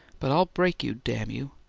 but i'll break you, damn you,